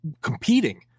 competing –